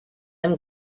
and